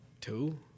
two